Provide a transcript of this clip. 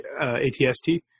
ATST